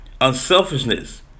unselfishness